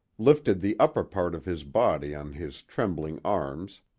lifted the upper part of his body on his trembling arms,